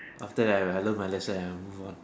after that I learn my lesson and move on